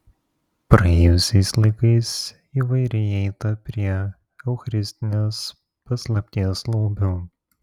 praėjusiais laikais įvairiai eita prie eucharistinės paslapties lobių